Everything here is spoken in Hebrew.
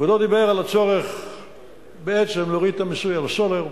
כבודו דיבר על הצורך להוריד את המיסוי על הסולר,